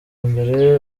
mbere